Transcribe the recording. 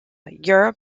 europe